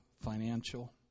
financial